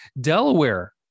Delaware